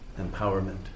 empowerment